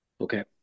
Okay